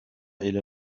إلى